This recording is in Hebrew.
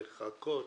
לחכות,